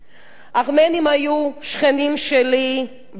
ארמנים היו שכנים שלי ברחובות,